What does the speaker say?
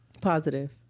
Positive